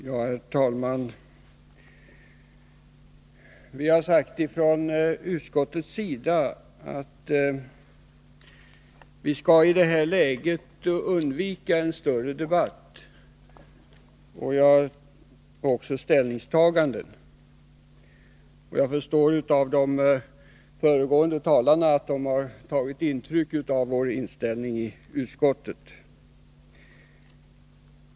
Herr talman! Utskottet har framhållit att vi i detta läge skall undvika en större debatt och ett ställningstagande. Jag förstår av föregående talare att de har tagit intryck av utskottets inställning.